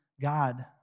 God